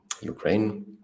ukraine